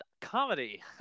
Comedy